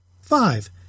Five